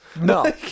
No